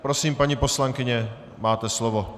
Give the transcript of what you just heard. Prosím, paní poslankyně, máte slovo.